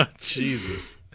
Jesus